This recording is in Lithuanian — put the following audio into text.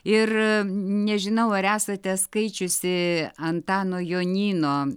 ir nežinau ar esate skaičiusi antano jonyno